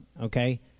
Okay